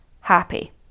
happy